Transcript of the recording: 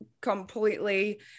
completely